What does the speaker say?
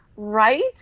Right